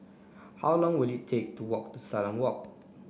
how long will it take to walk to Salam Walk